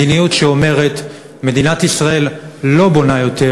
מדיניות שאומרת שמדינת ישראל לא בונה יותר